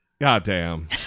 Goddamn